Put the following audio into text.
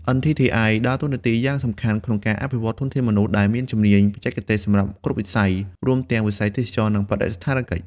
NTTI ដើរតួនាទីយ៉ាងសំខាន់ក្នុងការអភិវឌ្ឍធនធានមនុស្សដែលមានជំនាញបច្ចេកទេសសម្រាប់គ្រប់វិស័យ រួមទាំងវិស័យទេសចរណ៍ និងបដិសណ្ឋារកិច្ច។